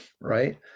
right